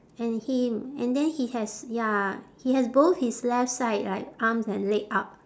and him and then he has ya he has both his left side like arms and leg up